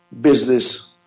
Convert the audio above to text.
business